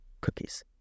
cookies